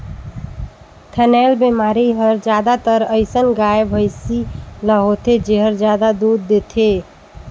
थनैल बेमारी हर जादातर अइसन गाय, भइसी ल होथे जेहर जादा दूद देथे